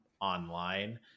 online